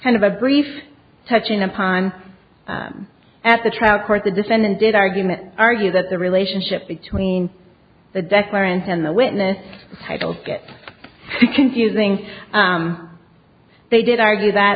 kind of a brief touching upon them at the trial court the defendant did argument argue that the relationship between the declaration and the witness titled get confusing they did argue that